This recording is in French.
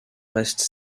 reste